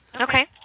okay